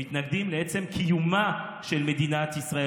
הם מתנגדים לעצם קיומה של מדינת ישראל,